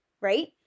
right